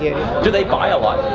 do they buy a lot?